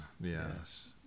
Yes